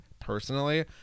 personally